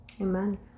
Amen